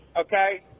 okay